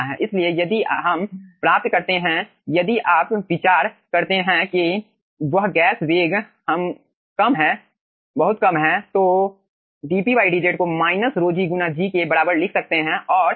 इसलिए यदि हम प्राप्त करते हैं यदि आप विचार करते हैं की वह गैस वेग बहुत कम है तो dPdz को माइनस ρg गुना g के बराबर लिख सकते हैं